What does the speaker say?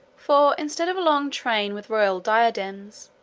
for, instead of a long train with royal diadems,